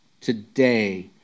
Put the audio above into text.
Today